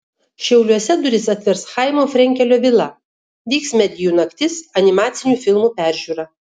šiauliuose duris atvers chaimo frenkelio vila vyks medijų naktis animacinių filmų peržiūra